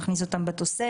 נכניס אותם לתוספת.